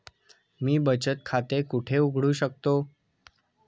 मी बचत खाते कुठे उघडू शकतो?